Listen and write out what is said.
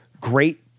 great